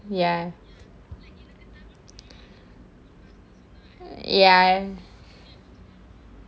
ya ya